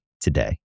today